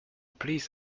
please